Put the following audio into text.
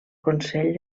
consell